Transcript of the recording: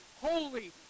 holy